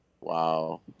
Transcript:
Wow